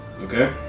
Okay